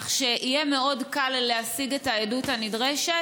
כך שיהיה קל מאוד להשיג את העדות הנדרשת.